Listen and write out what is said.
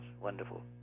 wonderful